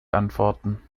antworten